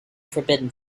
forbidden